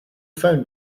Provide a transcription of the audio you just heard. phone